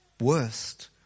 worst